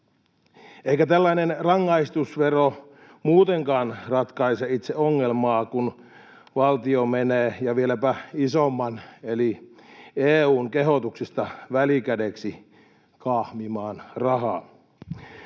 Eikä tällainen rangaistusvero muutenkaan ratkaise itse ongelmaa, kun valtio menee, ja vieläpä isomman eli EU:n kehotuksesta, välikädeksi kahmimaan rahaa